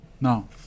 No